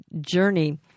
journey